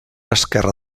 esquerra